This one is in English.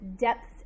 depths